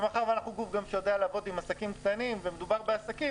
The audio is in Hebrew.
ומאחר שאנחנו גוף שגם יודע לעבוד עם עסקים קטנים ומדובר בעסקים,